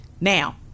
Now